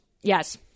Yes